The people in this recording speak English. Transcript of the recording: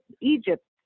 Egypt